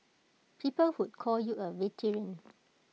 people who call you A veteran